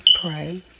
pray